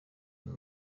uyu